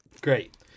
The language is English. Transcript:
Great